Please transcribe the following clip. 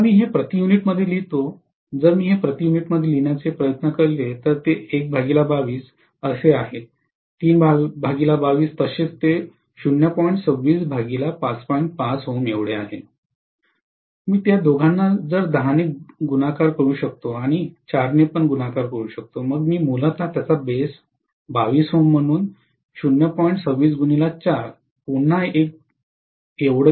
जेव्हा मी हे प्रति युनिटमध्ये लिहितो जर मी हे प्रति युनिटमध्ये लिहायचे प्रयत्न केले तर ते असे आहे तसेच ते आहे मी त्या दोघांना 10 ने गुणाकार करू शकतो आणि 4 ने गुणाकार करू शकतो मग मी मूलत त्याच बेस 22 Ω म्हणून पुन्हा 1 जवळ जाईल